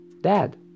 Dad